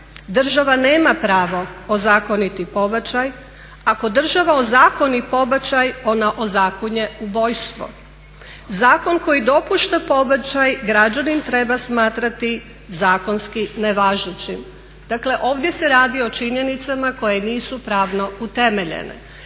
Država nema pravo ozakoniti pobačaj. Ako država ozakoni pobačaj ona ozakonjuje ubojstvo. Zakon koji dopušta pobačaj građanin treba smatrati zakonski nevažećim. Dakle ovdje se radi o činjenicama koje nisu pravno utemeljene.